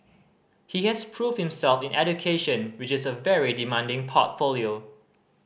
he has proved himself in education which is a very demanding portfolio